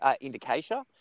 indication